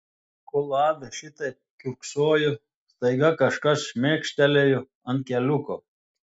kol ada šitaip kiurksojo staiga kažkas šmėkštelėjo ant keliuko